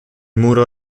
muro